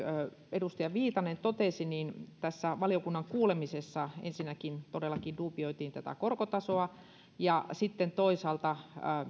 edustaja viitanen totesi niin tässä valiokunnan kuulemisessa ensinnäkin todellakin duubioitiin tätä korkotasoa ja sitten toisaalta